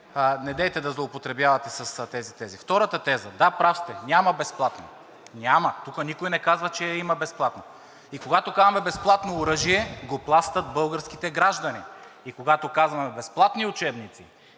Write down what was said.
недейте да злоупотребявате с тези тези. Втора теза – да, прав сте, няма безплатно. Няма! Тук никой не казва, че има безплатно. Когато казваме безплатно оръжие, го плащат българските граждани. Когато казваме безплатни учебници,